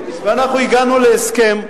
ואנחנו הגענו להסכם,